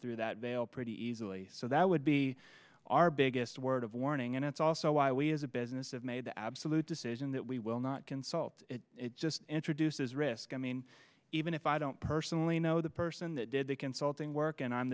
through that veil pretty easily so that would be our biggest word of warning and it's also why we as a business have made the absolute decision that we will not consult it just introduces risk i mean even if i don't personally know the person that did the consulting work and i'm